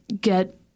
get